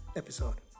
episode